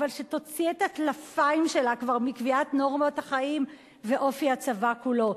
אבל שתוציא את הטלפיים שלה כבר מקביעת נורמות החיים ואופי הצבא כולו.